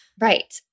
Right